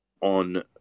on